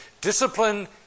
discipline